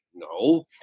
No